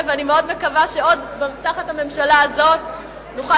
ואני מתחייבת על הבמה הזאת להגיש את הצעת החוק הזאת.